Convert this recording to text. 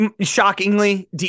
shockingly